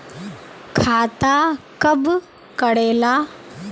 खाता कब करेला?